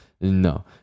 no